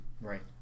Right